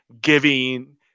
giving